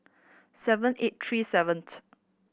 seven eight three seventh